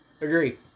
Agree